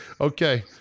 okay